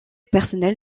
personnel